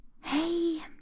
hey